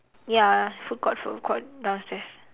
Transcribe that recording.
ya food court food court downstairs